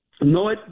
No